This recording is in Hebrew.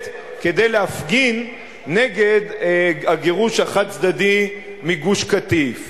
כדי להפגין נגד הגירוש החד-צדדי מגוש-קטיף.